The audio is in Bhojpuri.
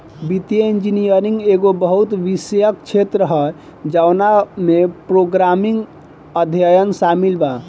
वित्तीय इंजीनियरिंग एगो बहु विषयक क्षेत्र ह जवना में प्रोग्रामिंग अभ्यास शामिल बा